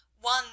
One